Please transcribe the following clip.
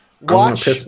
watch